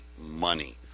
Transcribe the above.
money